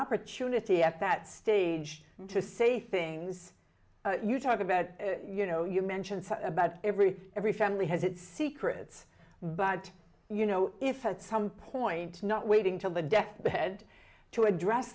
opportunity at that stage to say things you talk about you know you mentioned about every every family has its secrets but you know if i had some points not waiting till the deathbed to address